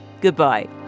Goodbye